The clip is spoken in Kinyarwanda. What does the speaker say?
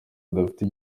rudafite